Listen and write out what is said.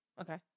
okay